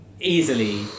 easily